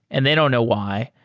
and they don't know why.